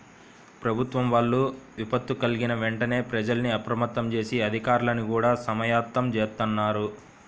ప్రభుత్వం వాళ్ళు విపత్తు కల్గిన వెంటనే ప్రజల్ని అప్రమత్తం జేసి, అధికార్లని గూడా సమాయత్తం జేత్తన్నారు